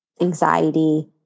anxiety